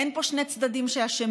אין פה שני צדדים שאשמים,